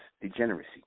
degeneracy